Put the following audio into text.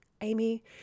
Amy